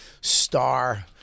star